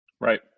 Right